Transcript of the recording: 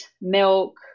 milk